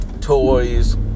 toys